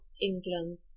England